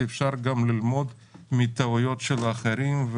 אפשר גם ללמוד מטעויות של אחרים,